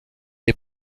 est